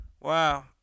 wow